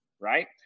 right